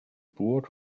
burg